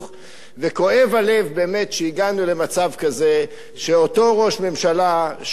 כואב הלב באמת שהגענו למצב כזה שאותו ראש ממשלה שהפקדנו